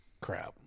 crap